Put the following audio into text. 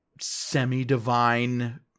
semi-divine